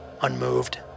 unmoved